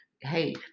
hey